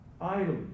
idol